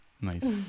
nice